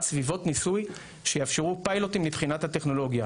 סביבות ניסוי שיאפשרו פיילוטים מבחינת הטכנולוגיה.